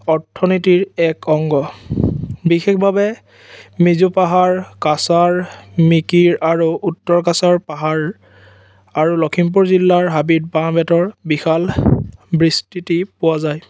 অৰ্থনীতিৰ এক অংগ বিশেষভাৱে মিজু পাহাৰ কাচাৰ মিকিৰ আৰু উত্তৰ কাছাৰ পাহাৰ আৰু লখিমপুৰ জিলাৰ হাবিত বাঁহ বেতৰ বিশাল বৃস্তিতি পোৱা যায়